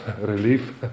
Relief